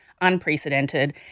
unprecedented